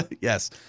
yes